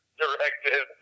directed